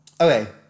Okay